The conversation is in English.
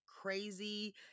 crazy